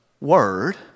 word